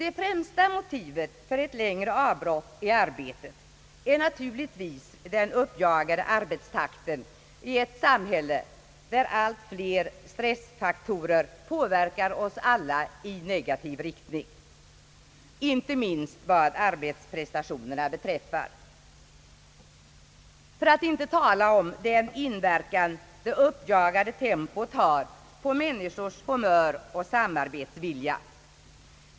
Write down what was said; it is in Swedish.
Det främsta motivet för ett längre avbrott i arbetet är naturligtvis den uppjagade arbetstakten i ett samhälle, där allt flera stressfaktorer påverkar oss alla i negativ riktning, inte minst vad arbetsprestationerna beträffar, för att inte tala om den inverkan det uppjagade tempot har på människors humör och samarbetsvilja.